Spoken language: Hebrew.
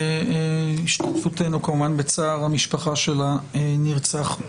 והשתתפותנו כמובן בצער המשפחה של הנרצח.